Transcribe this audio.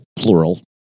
Plural